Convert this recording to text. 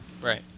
Right